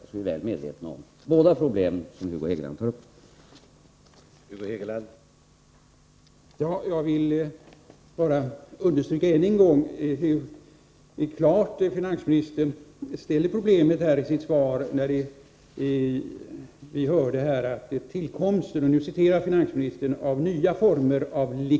Vi är alltså väl medvetna om de båda problem som Hugo Hegeland här tagit upp.